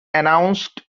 announced